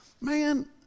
Man